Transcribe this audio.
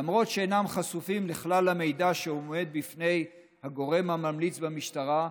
למרות שאינם חשופים לכלל המידע שעומד בפני הגורם הממליץ במשטרה,